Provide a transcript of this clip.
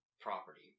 property